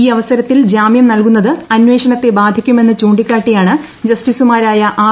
ഈ അവസരത്തിൽ ജാമ്യം നൽകുന്നത് അന്വേഷണത്തെ ബാധിക്കുമെന്ന് ചൂണ്ടിക്കാട്ടിയാണ ്ജസ്റ്റിസുമാരായ ആർ